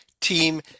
team